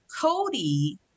cody